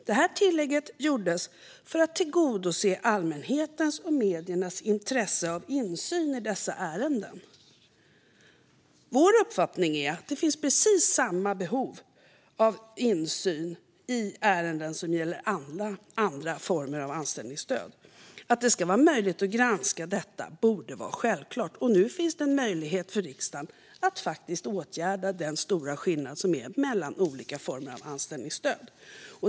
Detta tillägg gjordes för att tillgodose allmänhetens och mediernas intresse av insyn i dessa ärenden. Vår uppfattning är att det finns precis samma behov av insyn i ärenden som gäller alla andra former av anställningsstöd. Att det ska vara möjligt att granska detta borde vara självklart. Och nu finns det en möjlighet för riksdagen att faktiskt åtgärda den stora skillnad som finns mellan olika former av anställningsstöd.